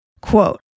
Quote